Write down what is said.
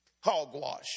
hogwash